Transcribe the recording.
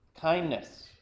kindness